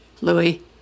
Louis